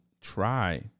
try